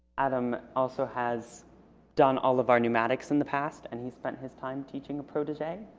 adam also has done all of our pneumatics in the past and he spent his time teaching a protege.